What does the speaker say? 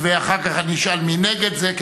ואחר כך אני אשאל מי נגד,